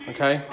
Okay